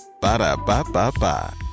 Ba-da-ba-ba-ba